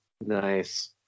nice